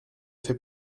fait